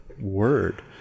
word